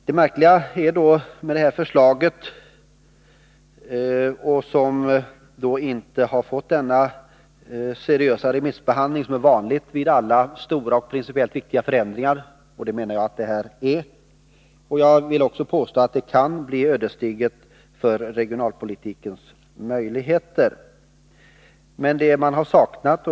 Det märkliga med det här förslaget är att det inte har fått den seriösa remissbehandling som är vanlig vid stora och principiellt viktiga förändringar — en sådan menar jag att det här är. Jag vill också påstå att det kan bli ödesdigert för regionalpolitikens möjligheter.